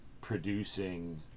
producing